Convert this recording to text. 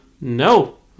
No